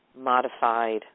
modified